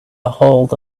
ahold